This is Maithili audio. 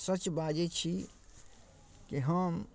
सच बाजै छी कि हम